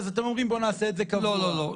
כשהממשלה יזמה הצעת חוק שלא עברה ואחר כך עברה,